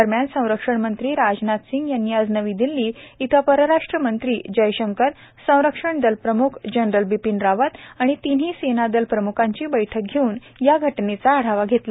दरम्यान संरक्षण मंत्री राजनाथ सिंग यांनी आज नवी दिल्ली इथं परराष्ट्र मंत्री जयशंकर संरक्षण दल प्रमुख जनरल बिपिन रावत आणि तिन्ही सेना दल प्रमुखांची बैठक घेऊन या घटनेचा आढावा घेतला